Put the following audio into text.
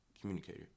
communicator